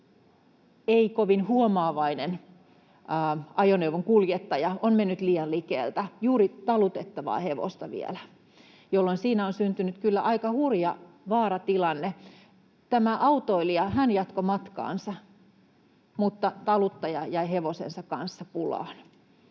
ei kovin huomaavainen ajoneuvon kuljettaja on mennyt liian likeltä juuri talutettavaa hevosta vieläpä, jolloin siinä on syntynyt kyllä aika hurja vaaratilanne. Tämä autoilija jatkoi matkaansa, mutta taluttaja jäi hevosensa kanssa pulaan.